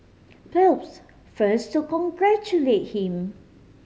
Phelps first to congratulate him